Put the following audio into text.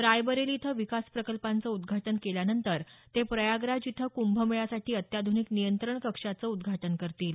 रायबरेली इथं विकास प्रकल्पांचं उद्घाटन केल्यानंतर ते प्रयागराज इथं कुंभमेळ्यासाठी अत्याध्निक नियंत्रण कक्षाचं उद्घाटन करतील